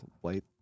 white